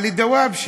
עלי דוואבשה.